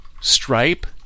Stripe